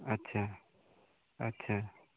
अच्छा अच्छा